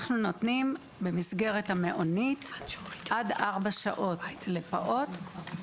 אנחנו נותנים במסגרת המעונית עד ארבע שעות לפעוט,